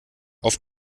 auf